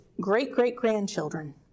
great-great-grandchildren